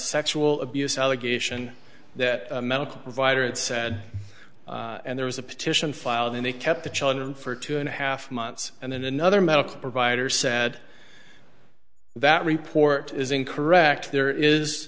sexual abuse allegation that a medical provider it said and there was a petition filed and they kept the children for two and a half months and then another medical provider said that report is incorrect there is